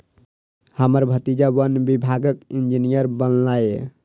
हमर भतीजा वन विभागक इंजीनियर बनलैए